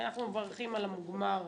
אנחנו מברכים על המוגמר,